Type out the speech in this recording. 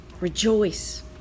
Rejoice